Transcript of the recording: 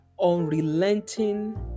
unrelenting